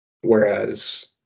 whereas